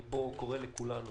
אני קורא לכולם,